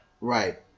Right